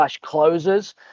closers